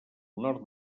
nord